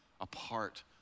apart